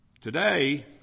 today